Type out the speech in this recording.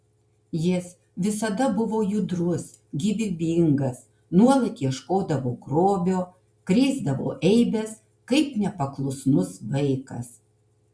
jis visada buvo judrus gyvybingas nuolat ieškodavo grobio krėsdavo eibes kaip nepaklusnus vaikas